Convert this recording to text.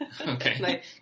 Okay